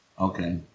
Okay